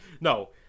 No